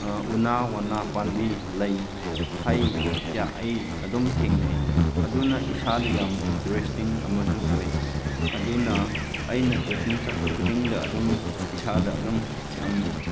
ꯎꯅꯥ ꯋꯅꯥ ꯄꯥꯝꯕꯤ ꯂꯩ ꯍꯩ ꯀꯌꯥ ꯑꯩ ꯑꯗꯨꯝ ꯊꯦꯡꯅꯩ ꯑꯗꯨꯅ ꯏꯁꯥꯗ ꯌꯥꯝ ꯏꯟꯇꯔꯦꯁꯇꯤꯡ ꯑꯃꯁꯨ ꯑꯣꯏ ꯑꯗꯨꯅ ꯑꯩꯅ ꯇ꯭ꯔꯦꯛꯀꯤꯡ ꯆꯠꯄ ꯈꯨꯗꯤꯡꯗ ꯑꯗꯨꯝ ꯏꯁꯥꯗ ꯑꯗꯨꯝ ꯌꯥꯝ